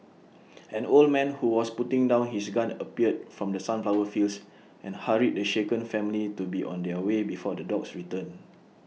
an old man who was putting down his gun appeared from the sunflower fields and hurried the shaken family to be on their way before the dogs return